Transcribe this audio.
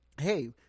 hey